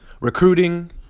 Recruiting